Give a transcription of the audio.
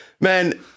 Man